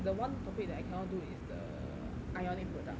the one topic that I cannot do is the ionic product